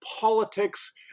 politics